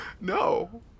No